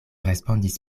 respondis